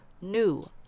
new